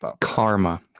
Karma